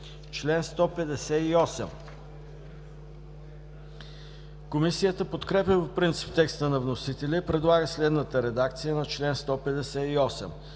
т. 2 и 3.“ Комисията подкрепя по принцип текста на вносителя и предлага следната редакция на чл. 158: